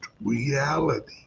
reality